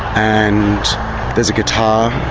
and there's a guitar,